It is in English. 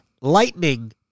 lightning